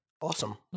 Awesome